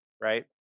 right